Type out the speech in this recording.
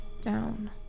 down